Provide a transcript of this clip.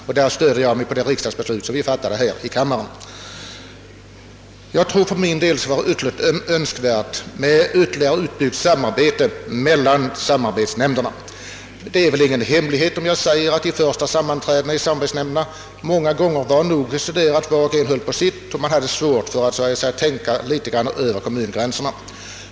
Därvidlag stöder jag mig på det beslut vi fattat här i riksdagen. Jag anser att det skulle vara mycket önskvärt med ytterligare utbyggt samarbete mellan samarbetsnämnderna. Det är väl ingen hemlighet att vid de första sammanträdena i samarbetsnämnderna höll var och en på sitt och hade svårt att tänka litet över kommungränserna.